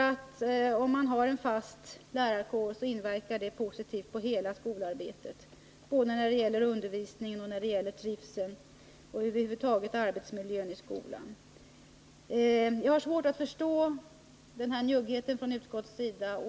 En sådan tror jag skulle inverka positivt på hela skolarbetet både när det gäller undervisningen och när det gäller trivseln och arbetsmiljön i skolan över huvud taget. Jag har som sagt svårt att förstå njuggheten från utskottets sida.